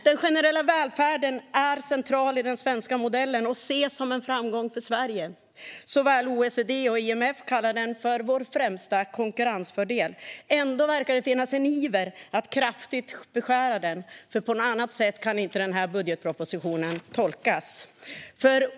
Den generella välfärden är dock en central del i den svenska modellen och ses som en framgång för Sverige. Såväl OECD som IMF kallar den för vår främsta konkurrensfördel. Ändå verkar det finnas en iver i att kraftigt beskära den, för på något annat sätt kan budgetpropositionen inte tolkas.